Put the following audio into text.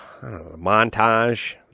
Montage